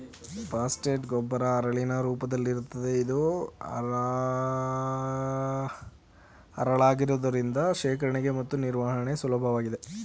phosphate ಗೊಬ್ಬರ ಹರಳಿನ ರೂಪದಲ್ಲಿರುತ್ತದೆ ಇದು ಹರಳಾಗಿರುವುದರಿಂದ ಶೇಖರಣೆ ಮತ್ತು ನಿರ್ವಹಣೆ ಸುಲಭವಾಗಿದೆ